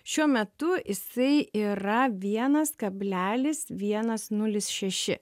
šiuo metu jisai yra vienas kablelis vienas nulis šeši